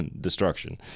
destruction